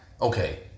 Okay